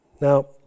Now